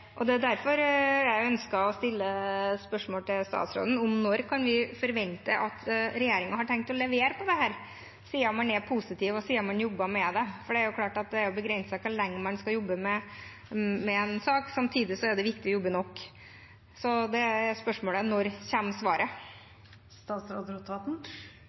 er derfor jeg ønsker å stille spørsmål til statsråden om når vi kan forvente at regjeringen har tenkt å levere på dette, siden man er positiv og sier at man jobber med det. Det er klart at det er begrenset hvor lenge man skal jobbe med en sak. Samtidig er det viktig å jobbe nok. Så det er spørsmålet, når kommer svaret?